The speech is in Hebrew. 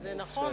זה נכון,